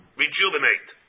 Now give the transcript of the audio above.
rejuvenate